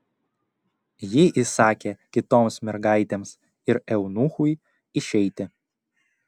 ji įsakė kitoms mergaitėms ir eunuchui išeiti